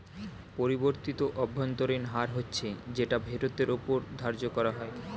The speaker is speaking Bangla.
পরিবর্তিত অভ্যন্তরীণ হার হচ্ছে যেটা ফেরতের ওপর ধার্য করা হয়